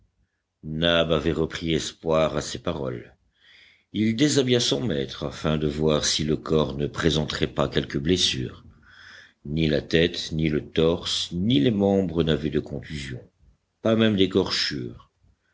nab avait repris espoir à ces paroles il déshabilla son maître afin de voir si le corps ne présenterait pas quelque blessure ni la tête ni le torse ni les membres n'avaient de contusions pas même d'écorchures